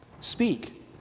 Speak